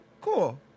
cool